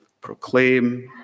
proclaim